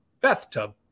Bathtub